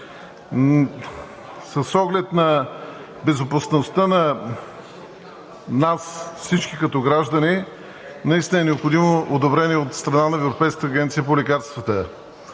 С оглед на безопасността на всички нас като граждани наистина е необходимо одобрение от страна на Европейската агенция по лекарствата.